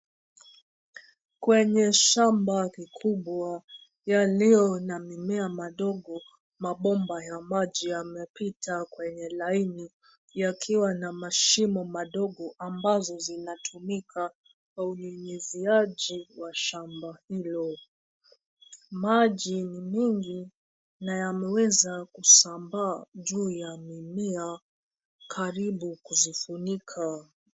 Kwenye shamba kikubwa yaliyo na mimea madogo, mabomba ya maji yamepita kwenye laini yakiwa na mashimo madogo ambazo zinatumika kwa unyunyiziaji wa shamba hilo. Maji ni mingi na yameweza kusambaa juu ya mimea karibu kuzifunika.